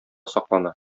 саклана